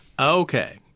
Okay